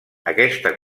aquesta